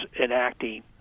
enacting